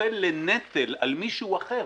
נופל לנטל על מישהו אחר.